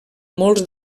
molts